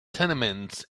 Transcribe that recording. tenements